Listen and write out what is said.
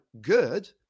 good